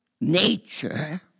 nature